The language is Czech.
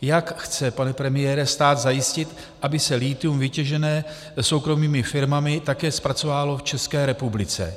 Jak chce, pane premiére, stát zajistit, aby se lithium vytěžené soukromými firmami také zpracovávalo v České republice?